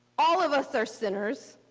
all of us are sinners.